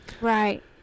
right